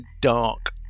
dark